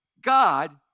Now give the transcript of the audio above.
God